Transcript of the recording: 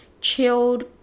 chilled